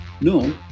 No